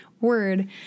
word